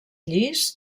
llis